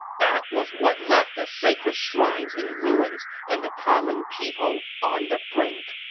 that was what left the sacred shrines in ruins and the common people on the brink.